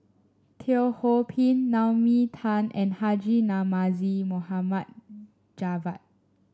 Teo Ho Pin Naomi Tan and Haji Namazie Mohd Javad